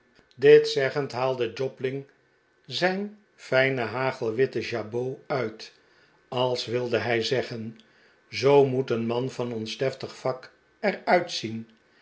dit zeggend haalde jobling zijn fijne hagelwitte jabot uit als wilde hij zeggen zoo moet een man van ons deftige vak